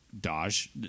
Dodge